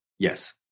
Yes